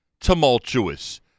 tumultuous